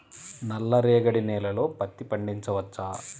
నల్ల రేగడి నేలలో పత్తి పండించవచ్చా?